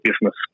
business